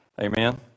Amen